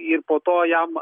ir po to jam